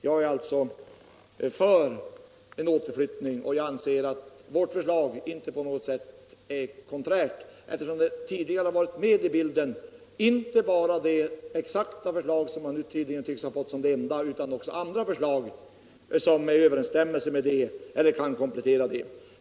Jag är alltså för en återflyttning, och jag anser att vårt förslag inte på något sätt är konträrt, eftersom det tidigare har varit med i bilden, inte bara det exakta förslag som man nu tydligen betraktar som det enda utan även andra förslag som är i överensstämmelse med vårt förslag eller kan komplettera det.